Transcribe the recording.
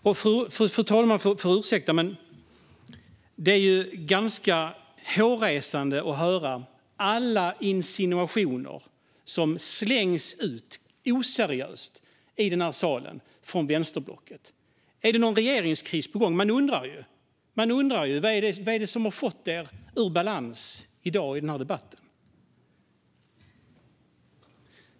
Fru talmannen får ursäkta, men det är hårresande att höra alla insinuationer som oseriöst slängs ut i den här salen från vänsterblocket. Är det någon regeringskris på gång? Man undrar ju. Vad är det som har fått er ur balans i dag i den här debatten?